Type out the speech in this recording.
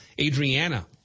Adriana